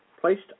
placed